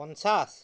পঞ্চাছ